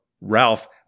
Ralph